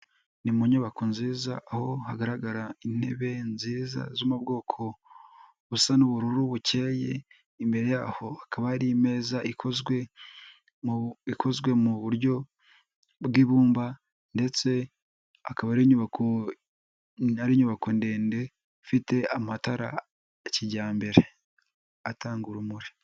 Ni mu nyubako nziza aho hagaragara intebe nziza zo mu bwoko busa n'ubururu bukeyeye, imbere yaho hakaba ari imeza ikozwe ikozwe mu buryo bw'ibumba ndetse akaba ari inyubako ndende ifite amatara ya kijyambere atanga urumuri.